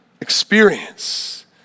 experience